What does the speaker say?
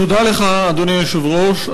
תודה לך, אדוני היושב-ראש.